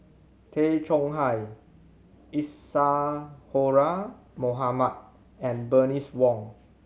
Tay Chong Hai Isadhora Mohamed and Bernice Wong